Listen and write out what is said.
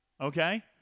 Okay